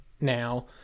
now